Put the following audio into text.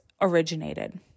originated